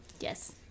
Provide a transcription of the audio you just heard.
Yes